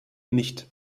nicht